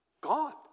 gone